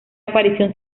aparición